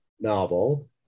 novel